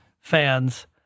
fans